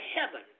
heaven